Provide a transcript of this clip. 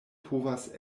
povas